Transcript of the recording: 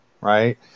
right